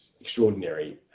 extraordinary